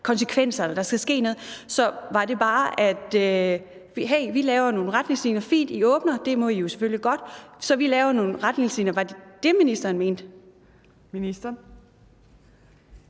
konsekvenser, at der skulle ske noget. Så var det bare: Hey, vi laver nogle retningslinjer. Fint, I åbner. Det må I jo selvfølgelig godt, så vi laver nogle retningslinjer? Var det det, ministeren mente? Kl.